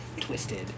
twisted